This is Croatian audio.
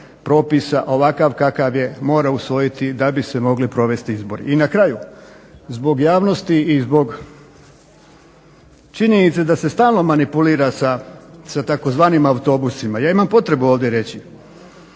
propisa ovakav kakav je mora usvojiti da bi se mogli provesti izbori. I na kraju zbog javnosti i zbog činjenice da se stalno manipulira sa tzv. autobusima, ja imam potrebu ovdje reći